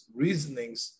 reasonings